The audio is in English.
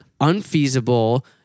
unfeasible